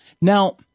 Now